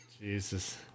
Jesus